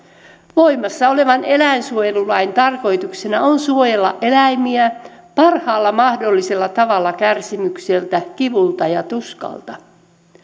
voimassa olevan eläinsuojelulain tarkoituksena on suojella eläimiä parhaalla mahdollisella tavalla kärsimykseltä kivulta ja tuskalta